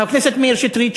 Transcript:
חבר הכנסת מאיר שטרית,